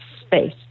space